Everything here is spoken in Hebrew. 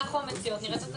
אנחנו המציעות נראה את התזכיר.